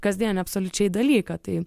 kasdienį absoliučiai dalyką tai